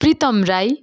Pritam Rai